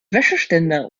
wäscheständer